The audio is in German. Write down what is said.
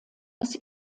des